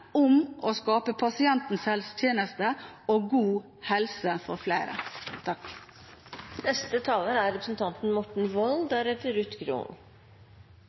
om å skape pasientens helsetjeneste og god helse for flere. Et hovedmål for Fremskrittspartiet er